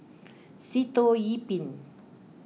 Sitoh Yih Pin